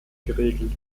geregelt